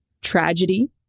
tragedy